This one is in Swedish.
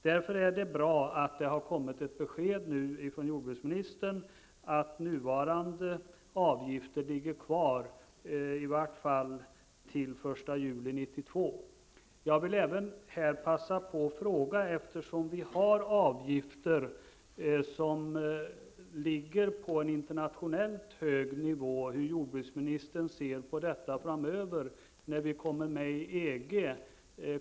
Därför är det bra att det nu har kommit ett besked från jordbruksministern om att nuvarande avgifter ligger kvar, i varje fall till den 1 juli 1992. Eftersom vi har avgifter som ligger på en internationellt hög nivå vill jag passa på att fråga hur jordbruksministern ser på detta framöver, när vi kommer med i EG.